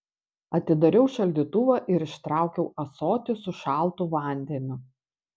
atidariau šaldytuvą ir ištraukiau ąsotį su šaltu vandeniu